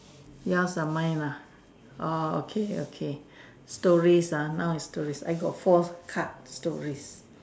yours or mine ah oh okay okay stories ah now is stories I have four card stories